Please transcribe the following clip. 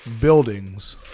buildings